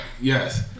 Yes